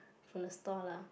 from the store lah